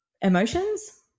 emotions